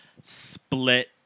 split